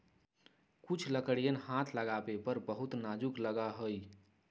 कुछ लकड़ियन हाथ लगावे पर बहुत नाजुक लगा हई